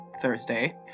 Thursday